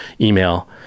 email